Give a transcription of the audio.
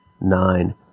nine